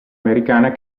americana